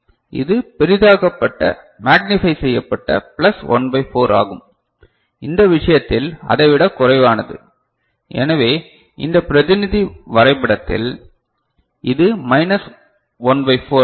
இது பெரிதாக்கப்பட்ட மேக்னிபை செய்யப்பட்ட பிளஸ் 1 பை 4 ஆகும் இந்த விஷயத்தில் அதைவிடக் குறைவானது எனவே இந்த பிரதிநிதி வரைபடத்தில் இது மைனஸ் 1 பை 4 ஆகும்